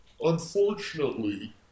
Unfortunately